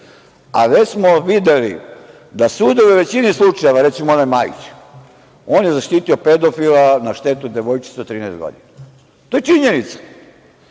a već smo videli da sudovi u većini slučajeva, recimo onaj Majić, on je zaštitio pedofila na štetu devojčice od 13 godina. To je činjenica.